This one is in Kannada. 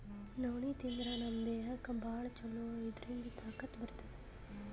ನವಣಿ ತಿಂದ್ರ್ ನಮ್ ದೇಹಕ್ಕ್ ಭಾಳ್ ಛಲೋ ಇದ್ರಿಂದ್ ತಾಕತ್ ಬರ್ತದ್